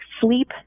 sleep